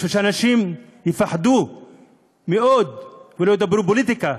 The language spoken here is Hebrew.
בשביל שאנשים יפחדו מאוד ולא ידברו פוליטיקה,